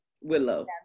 Willow